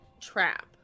Trap